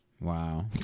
Wow